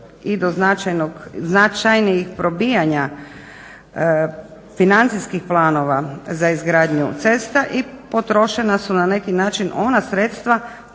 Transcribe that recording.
i do značajnijih probijanja financijskih planova za izgradnju cesta i potrošena su na neki način ona sredstva